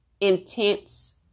intense